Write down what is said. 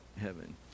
heaven